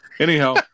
Anyhow